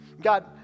God